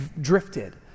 drifted